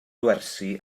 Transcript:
gwersi